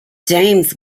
james